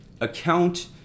account